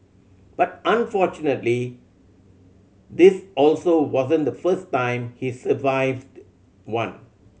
but unfortunately this also wasn't the first time he survived one